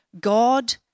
God